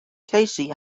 casey